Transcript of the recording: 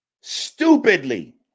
stupidly